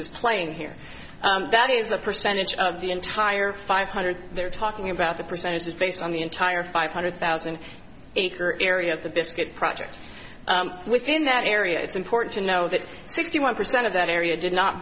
is playing here that is a percentage of the entire five hundred they're talking about the percentage based on the entire five hundred thousand acre area of the biscuit project within that area it's important to know that sixty one percent of that area did not